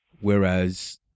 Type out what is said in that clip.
Whereas